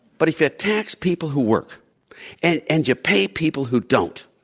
but if you tax people who work and and you pay people who don't,